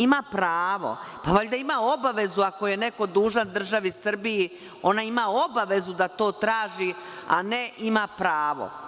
Ima pravo, pa valjda ima obavezu, ako je neko dužan državi Srbiji, ona ima obavezu da to traži, a ne ima pravo.